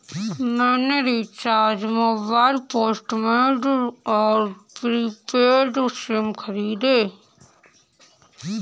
मैंने recharge mobile postpaid और prepaid sim खरीदे